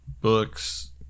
books